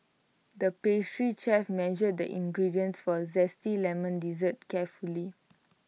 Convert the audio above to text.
the pastry chef measured the ingredients for A Zesty Lemon Dessert carefully